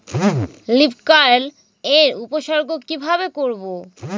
Leaf curl এর উপসর্গ কিভাবে করব?